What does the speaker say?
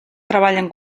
treballen